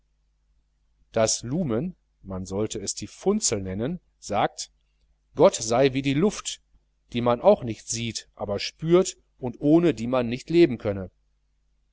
sollte es die funzel nennen sagt gott sei wie die luft die man auch nicht sieht aber spürt und ohne die man nicht leben könne